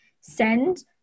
send